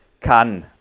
kann